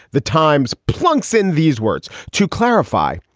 the times plunks in these words to clarify,